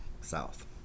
South